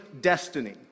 destiny